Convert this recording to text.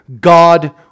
God